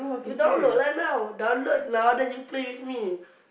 you download lah now download now then you play with me